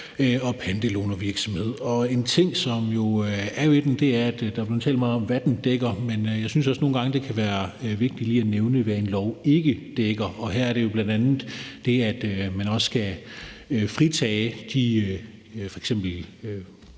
og pantelånervirksomhed. Der er blevet talt om, hvad den dækker, men jeg synes også, det nogle gange kan være vigtigt lige at nævne, hvad en lov ikke dækker. Og her er det jo bl.a. det, at man kan fritage f.eks.